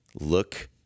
look